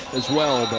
as well.